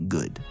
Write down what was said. Good